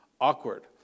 awkward